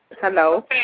Hello